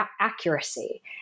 accuracy